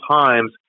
times